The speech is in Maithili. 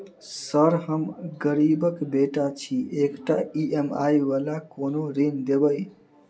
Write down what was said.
सर हम गरीबक बेटा छी एकटा ई.एम.आई वला कोनो ऋण देबै?